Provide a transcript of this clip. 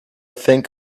think